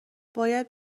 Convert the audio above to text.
باید